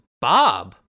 bob